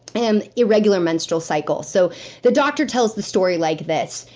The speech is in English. and irregular menstrual cycle. so the doctor tells the story like this.